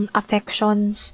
affections